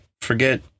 forget